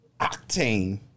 octane